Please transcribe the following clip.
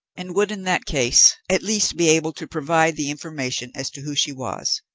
and would in that case at least be able to provide the information as to who she was.